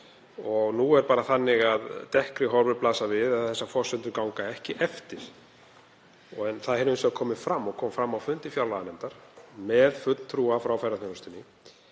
Nú er það þannig að dekkri horfur blasa við ef þær forsendur ganga ekki eftir. Það hefur hins vegar komið fram og kom fram á fundi fjárlaganefndar með fulltrúa frá ferðaþjónustunni